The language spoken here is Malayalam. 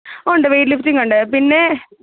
ഉണ്ട് വെയ്റ്റ് ലിഫ്റ്റിങ്ങുണ്ട് പിന്നെ